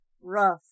rough